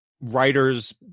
writers